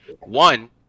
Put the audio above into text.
One